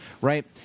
right